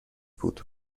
بود